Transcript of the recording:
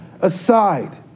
aside